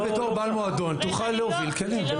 אתה בתור בעל מועדון תוכל להוביל כלים.